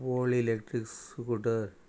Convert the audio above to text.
old electric scooter